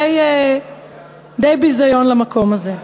די ביזיון למקום הזה.